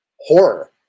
horror